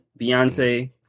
Beyonce